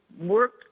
work